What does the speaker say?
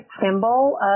symbol